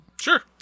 Sure